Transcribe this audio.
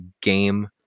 game